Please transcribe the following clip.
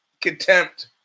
contempt